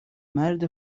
مرد